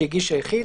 שהגיש היחיד,